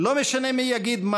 לא בסניפי הליכוד,